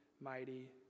mighty